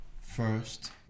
first